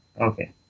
Okay